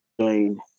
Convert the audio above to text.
Join